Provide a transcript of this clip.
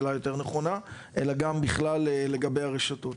אלא גם בכלל לגבי הרשתות.